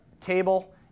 table